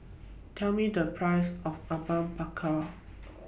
Tell Me The Price of Apom Berkuah